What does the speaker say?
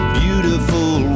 beautiful